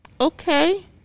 okay